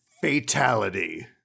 fatality